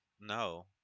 No